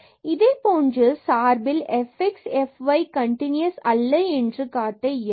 இதேபோன்று சார்பில் fx மற்றும் fy கன்டினுயஸ் அல்ல என்று காட்ட இயலும்